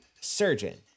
surgeon